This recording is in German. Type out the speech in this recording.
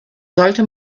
sollte